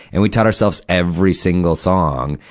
and we taught ourselves every single song.